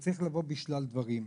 שצריכים לבוא בשלל דברים.